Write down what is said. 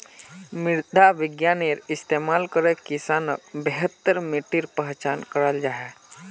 मृदा विग्यानेर इस्तेमाल करे किसानोक बेहतर मित्तिर पहचान कराल जाहा